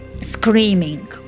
screaming